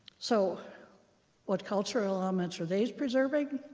so what cultural comments are these preserving?